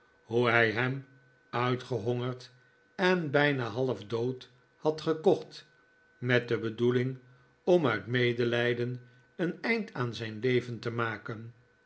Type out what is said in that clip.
hoe hij hem uitgehongerd en bijna half dood had gekocht met de bedoeling om uit medelijden een eind aan zijn leven te maken